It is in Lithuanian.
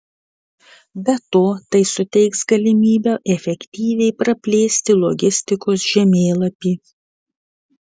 be to tai suteiks galimybę efektyviai praplėsti logistikos žemėlapį